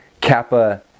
Kappa